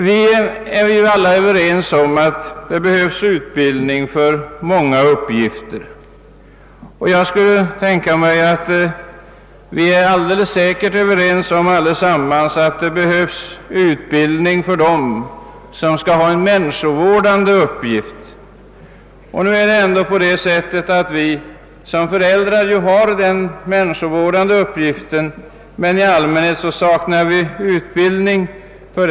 Vi är alla överens om att det behövs utbildning för många uppgifter, och vi är säkerligen också överens om att utbildning behövs för dem som skall ha en människovårdande uppgift. Som föräldrar har vi en sådan människovårdande uppgift, men vi saknar i allmänhet utbildning härför.